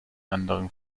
anderen